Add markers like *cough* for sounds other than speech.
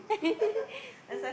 *laughs*